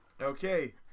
Okay